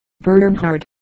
Bernhard